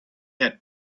had